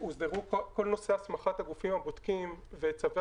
כל נושא הצמחת הגופים הבודקים וצווי